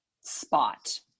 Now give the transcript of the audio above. spot